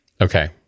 Okay